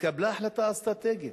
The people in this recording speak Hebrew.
התקבלה החלטה אסטרטגית,